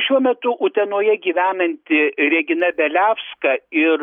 šiuo metu utenoje gyvenanti regina bieliavska ir